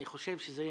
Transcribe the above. אני חושב שזה